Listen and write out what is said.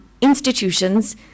institutions